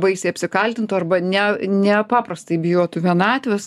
baisiai apsikaltintų arba ne nepaprastai bijotų vienatvės